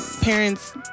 parents